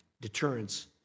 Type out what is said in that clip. deterrence